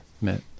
met